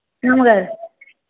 అమ్మగారు